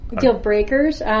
Deal-breakers